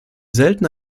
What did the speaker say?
selten